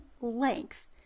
length